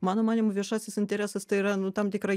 mano manymu viešasis interesas tai yra nu tam tikra